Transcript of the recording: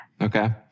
Okay